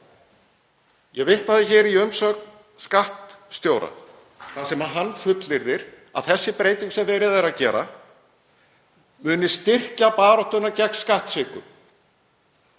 Ég vitnaði hér í umsögn skattstjóra þar sem hann fullyrðir að sú breyting sem verið er að gera muni styrkja baráttuna gegn skattsvikum.